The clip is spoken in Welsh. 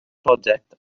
project